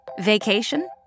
Vacation